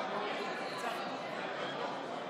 להלן התוצאות: